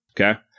okay